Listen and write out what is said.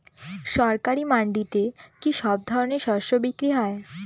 সরকারি মান্ডিতে কি সব ধরনের শস্য বিক্রি হয়?